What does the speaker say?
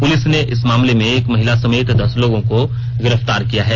police ने इस मामले में एक महिला समेत दस लोगों को गिरफ्तार किया है